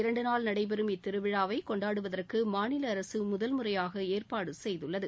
இரண்டுநாள் நடைபெறும் இத்திருவிழாவை கொண்டாடுவதற்கு மாநில அரசு முதல் முறையாக ஏற்பாடு செய்துள்ளது